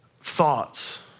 thoughts